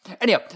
anyhow